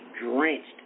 drenched